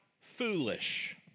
foolish